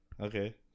Okay